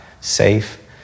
safe